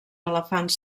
elefants